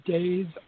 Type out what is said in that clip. Days